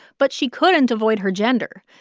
but she couldn't avoid her gender.